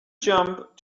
jump